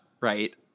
right